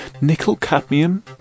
Nickel-cadmium